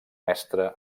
mestre